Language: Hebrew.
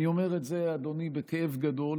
אני אומר את זה, אדוני, בכאב גדול.